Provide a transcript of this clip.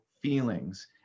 feelings